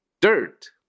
dirt